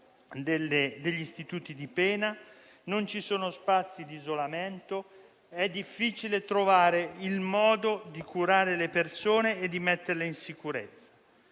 degli istituti di pena; non ci sono spazi di isolamento ed è difficile trovare il modo di curare le persone e di metterle in sicurezza.